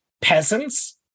peasants